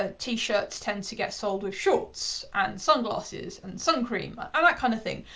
ah t-shirts tend to get sold with shorts, and sunglasses and suncream, and that kind of thing.